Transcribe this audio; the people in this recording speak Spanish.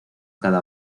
cada